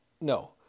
No